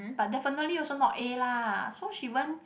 but definitely also not A lah so she won't